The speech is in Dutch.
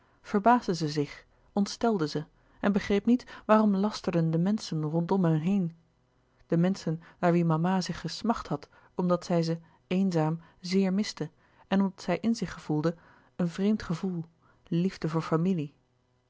verbaasde ze zich ontstelde ze en begreep niet waarom lasterden de menschen rondom hen heen de menschen naar wie mama zich gesmacht had omdat zij ze eenzaam zeer miste en omdat zij in zich voelde een vreemd gevoel liefde voor familie